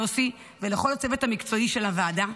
יוסי, ולכל הצוות המקצועי של הוועדה,